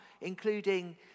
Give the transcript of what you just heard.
including